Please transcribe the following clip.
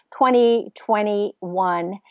2021